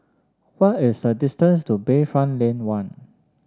what is the distance to Bayfront Lane One